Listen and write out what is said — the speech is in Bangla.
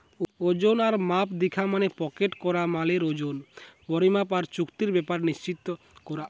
ওজন আর মাপ দিখা মানে প্যাকেট করা মালের ওজন, পরিমাণ আর চুক্তির ব্যাপার নিশ্চিত কোরা